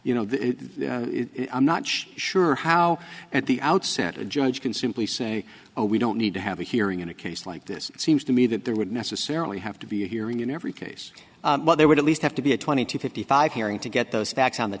you know the i'm not sure how at the outset a judge can simply say oh we don't need to have a hearing in a case like this it seems to me that there would necessarily have to be a hearing in every case but there would at least have to be a twenty to fifty five hearing to get those facts on the